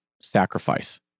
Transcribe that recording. sacrifice